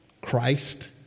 Christ